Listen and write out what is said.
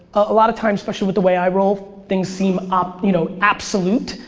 a lot of times especially with the way i roll, things seem up, you know, absolute,